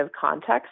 context